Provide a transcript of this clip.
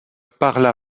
parla